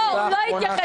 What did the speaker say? לא.